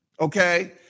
okay